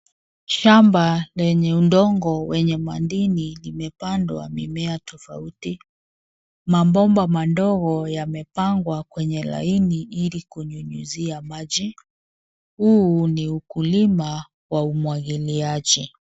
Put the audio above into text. Shamba lenye udongo wenye madini limepandwa mimea tofauti, mabomba madogo yamepangwa kwenye laini ili kunyunyizia maji, huu ni ukulima wa umwagiliaji.